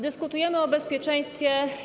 Dyskutujemy o bezpieczeństwie.